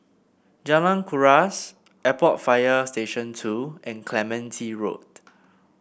Jalan Kuras Airport Fire Station Two and Clementi Road